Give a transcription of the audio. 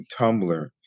Tumblr